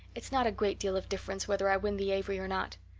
it's not a great deal of difference whether i win the avery or not.